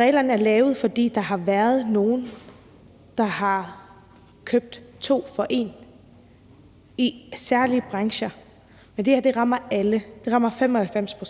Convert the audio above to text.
Reglerne er lavet, fordi der har været nogle, der har købt to for én, i særlige brancher. Men det her rammer alle. Det rammer 95 pct. De